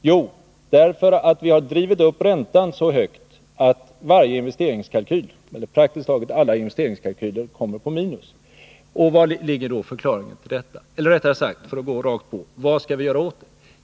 Jo, därför att vi har drivit upp räntan så högt att praktiskt taget alla 91 investeringskalkyler kommer på minus. Var ligger förklaringen till detta? Eller för att gå rakt på sak: Vad skall vi göra åt det?